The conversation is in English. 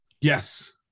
Yes